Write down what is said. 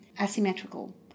asymmetrical